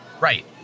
Right